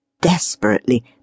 Desperately